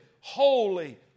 holy